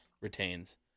retains